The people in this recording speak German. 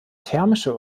thermische